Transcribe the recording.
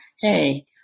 hey